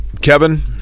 Kevin